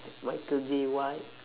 michael jai white